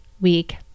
week